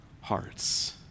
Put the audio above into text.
hearts